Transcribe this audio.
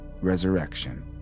resurrection